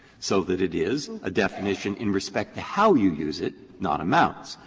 so that it is a definition in respect to how you use it, not amount.